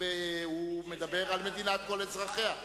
והוא מדבר על מדינת כל אזרחיה.